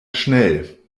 schnell